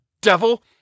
devil